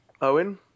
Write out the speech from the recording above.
Owen